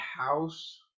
house